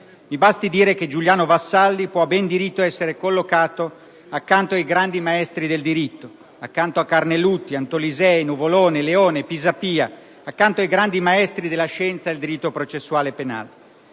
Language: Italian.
Mi basti dire che Giuliano Vassalli può a buon diritto essere collocato accanto ai grandi maestri del diritto, accanto a Carnelutti, Antolisei, Nuvolone, Leone e Pisapia, ovvero ai grandi maestri della scienza del diritto processuale penale.